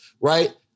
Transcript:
right